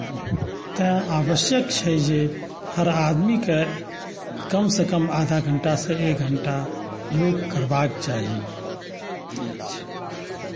तैँ आवश्यक छै जे हर आदमीकेँ कमसँ कम आधा घण्टासे एक घण्टा योग करबाक चाही इएह छै